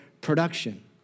production